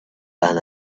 been